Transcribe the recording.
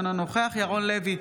אינו נוכח ירון לוי,